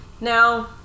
now